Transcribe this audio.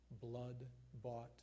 blood-bought